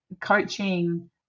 coaching